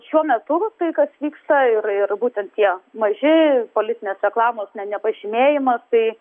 šiuo metu tai kas vyksta ir ir būtent tie maži politinės reklamos na nepažymėjimas tai